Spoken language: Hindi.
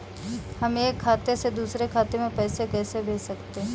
हम एक खाते से दूसरे खाते में पैसे कैसे भेज सकते हैं?